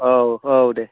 औ औ दे